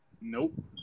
Nope